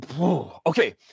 okay